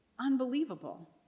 unbelievable